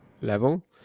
level